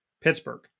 pittsburgh